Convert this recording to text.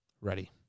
Ready